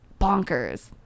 Bonkers